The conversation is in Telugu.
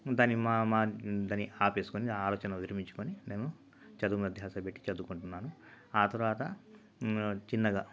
దాని మా మా దాని ఆపేసుకొని ఆలోచన విరమించుకొని నేను చదువు మీద ధ్యాస పెట్టి చదువుకుంటున్నాను ఆ తర్వాత చిన్నగ